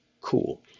Cool